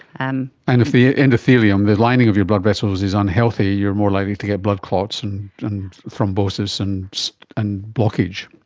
um and if the endothelium, the lining of your blood vessels is unhealthy, you're more likely to get blood clots and thrombosis and and blockage.